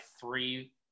three